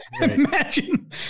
Imagine